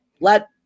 Let